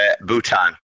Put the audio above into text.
Bhutan